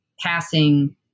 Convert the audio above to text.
passing